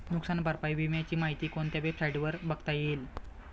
नुकसान भरपाई विम्याची माहिती कोणत्या वेबसाईटवर बघता येईल?